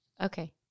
Okay